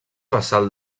basal